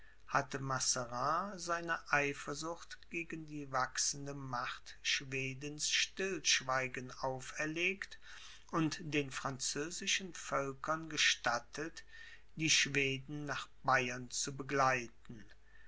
hatte mazarin seiner eifersucht gegen die wachsende macht schwedens stillschweigen auferlegt und den französischen völkern gestattet die schweden nach bayern zu begleiten